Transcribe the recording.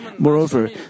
Moreover